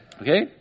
Okay